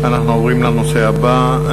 אנחנו עוברים לנושא הבא.